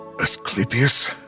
Asclepius